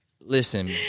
Listen